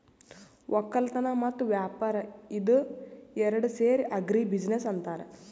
ವಕ್ಕಲತನ್ ಮತ್ತ್ ವ್ಯಾಪಾರ್ ಇದ ಏರಡ್ ಸೇರಿ ಆಗ್ರಿ ಬಿಜಿನೆಸ್ ಅಂತಾರ್